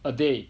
a day